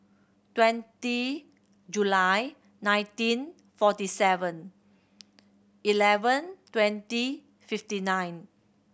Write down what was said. twenty July nineteen forty Seven Eleven twenty fifty nine